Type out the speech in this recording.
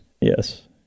Yes